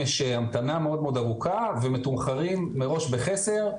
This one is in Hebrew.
יש המתנה מאוד מאוד ארוכה ומתומחרים מראש בחסר.